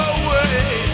away